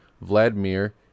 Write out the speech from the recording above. Vladimir